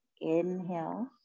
Inhale